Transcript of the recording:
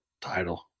title